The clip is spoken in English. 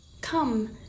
Come